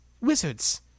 wizards